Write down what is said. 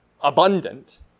abundant